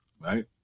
Right